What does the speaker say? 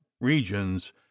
regions